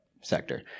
sector